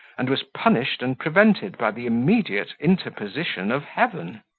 and was punished and prevented by the immediate interposition of heaven.